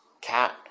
cat